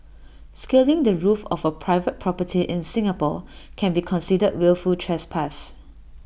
scaling the roof of A private property in Singapore can be considered wilful trespass